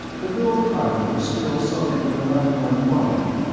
the girl kyla was still something of an unknown quantity.